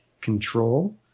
control